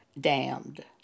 damned